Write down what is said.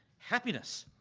happiness.